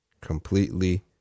Completely